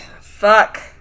Fuck